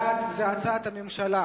בעד זה הצעת הממשלה